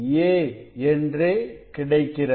a என்று கிடைக்கிறது